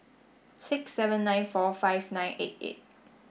six seven nine four five nine eight eight